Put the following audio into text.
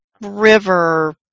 river